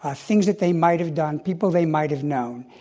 ah things that they might have done, people they might have known.